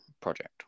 project